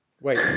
wait